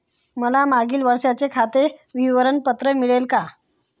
मला मागील वर्षाचे खाते विवरण पत्र मिळेल का?